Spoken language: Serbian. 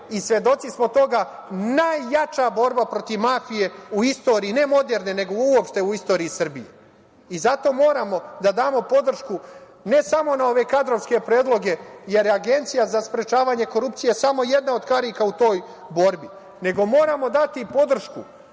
i svedoci smo toga, najjača borba protiv mafije u istoriji ne moderne, nego uopšte u istoriji Srbije. Zato moramo da damo podršku ne samo na ove kadrovske predloge, jer je Agencija za sprečavanje korupcije samo jedna od karika u toj borbi, nego moramo dati i podršku